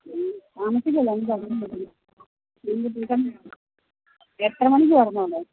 താമസിക്കുകയില്ലല്ലൊ എത്രയും പെട്ടെന്ന് എത്ര മണിക്ക് വരണം അവിടെ